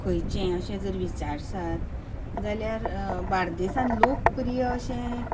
खंयचे अशें जर विचारशात जाल्यार बार्देशांत लोकप्रिय अशें